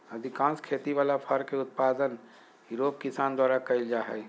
अधिकांश खेती वला फर के उत्पादन यूरोप किसान द्वारा कइल जा हइ